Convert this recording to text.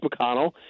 McConnell